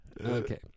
Okay